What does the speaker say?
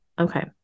okay